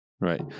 Right